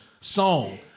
song